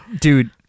Dude